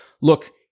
Look